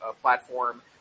platform